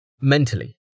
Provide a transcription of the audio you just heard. Mentally